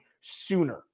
sooner